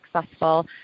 successful